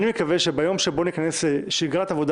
אני מקווה שביום שבו ניכנס לשגרת עבודה